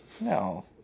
No